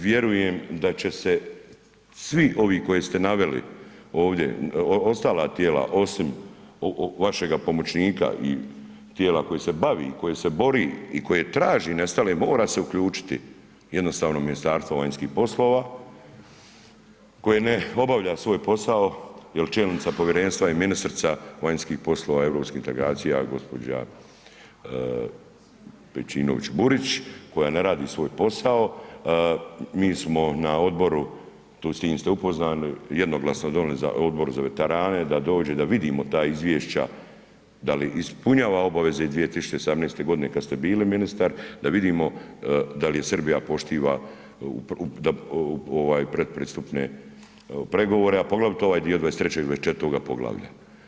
Vjerujem da će se svi ovi koji ste naveli ovdje, ostala tijela osim vašega pomoćnika i tijela koje se bavi koje se bori i koje traži nestale, mora se uključiti, jednostavno, Ministarstvo vanjskih poslova, koje ne obavlja svoj posao jer čelnica povjerenstva i ministrica vanjskih poslova i europskih integracija, gđa. Pejčinović-Burić, koja ne radi svoj posao, mi smo na odboru tu s tim ste upoznati, jednoglasno donijeli za Odbor za veterane, da dođe, da vidimo ta izvješća da li ispunjava obaveze iz 2018. g. kad ste bili ministar, da vidimo da li Srbija poštiva pretpristupne pregovore, a poglavito ovaj dio 23. i 24. poglavlja.